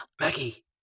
Maggie